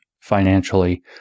financially